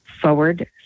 forward